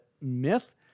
myth